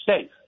safe